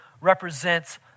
represents